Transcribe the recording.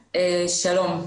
שלום.